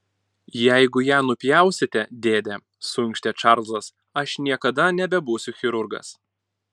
jeigu ją nupjausite dėde suinkštė čarlzas aš niekada nebebūsiu chirurgas